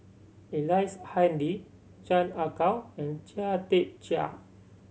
Ellice Handy Chan Ah Kow and Chia Tee Chiak